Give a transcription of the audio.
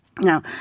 Now